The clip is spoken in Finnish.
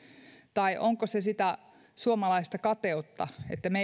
tai onko se sitä suomalaista kateutta että me